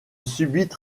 subite